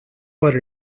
por